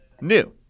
new